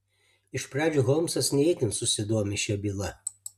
iš pradžių holmsas ne itin susidomi šia byla